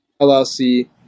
LLC